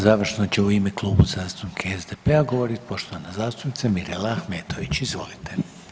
Završno će u ime Kluba zastupnika SDP-a govoriti poštovana zastupnica Mirela Ahmetović, izvolite.